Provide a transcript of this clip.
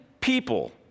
people